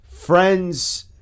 friends